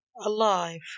alive